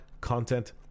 content